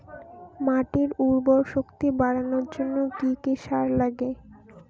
মাটির উর্বর শক্তি বাড়ানোর জন্য কি কি সার লাগে?